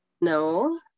No